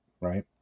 right